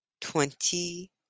twenty